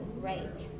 Right